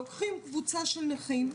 לוקחים קבוצה של נכים,